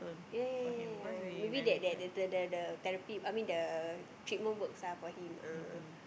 ya ya ya ya ya ya maybe that that that the that therapy I mean that treatment works ah for him ah